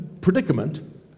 predicament